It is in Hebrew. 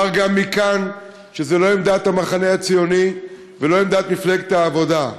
גם מכאן שזו לא עמדת המחנה הציוני ולא עמדת מפלגת העבודה,